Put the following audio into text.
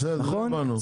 בסדר הבנו.